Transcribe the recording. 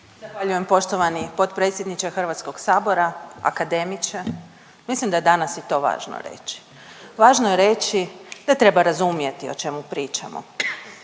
Zahvaljujem poštovani potpredsjedniče Hrvatskog sabora, akademiče. Mislim da je danas i to važno reći. Važno je reći da treba razumjeti o čemu pričamo.